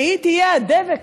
שהיא תהיה הדבק,